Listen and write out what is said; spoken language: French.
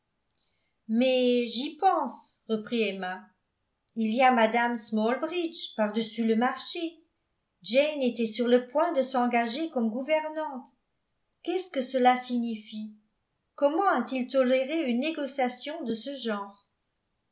mais j'y pense reprit emma il y a mme smalbridge par dessus le marché jane était sur le point de s'engager comme gouvernante qu'est-ce que cela signifie comment a-t-il toléré une négociation de ce genre